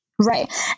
Right